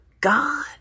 God